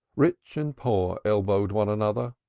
rich and poor elbowed one another,